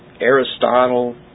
Aristotle